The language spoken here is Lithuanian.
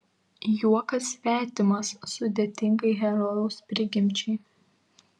juokas svetimas sudėtingai herojaus prigimčiai